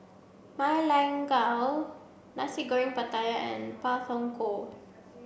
Ma Lai Gao Nasi Goreng Pattaya and Pak Thong Ko